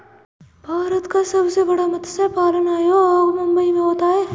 भारत का सबसे बड़ा मत्स्य पालन उद्योग मुंबई मैं होता है